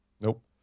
Nope